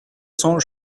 cents